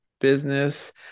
business